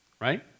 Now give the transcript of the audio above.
right